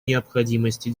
необходимости